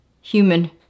human